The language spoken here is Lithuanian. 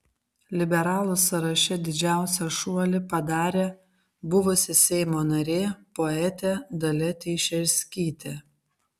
liberalų sąraše didžiausią šuolį padarė buvusi seimo narė poetė dalia teišerskytė